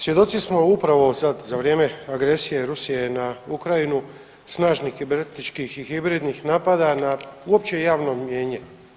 Svjedoci smo upravo sad za vrijem agresije Rusije na Ukrajinu snažnih kibernetičkih i hibridnih napada na uopće javno mnijenje.